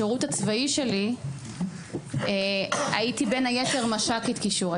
בשירות הצבאי שלי הייתי בן היתר מש"קית קישור,